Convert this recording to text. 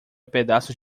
pedaços